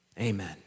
Amen